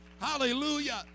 Hallelujah